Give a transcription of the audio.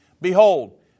Behold